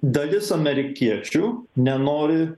dalis amerikiečių nenori